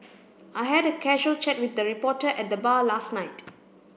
I had a casual chat with a reporter at the bar last night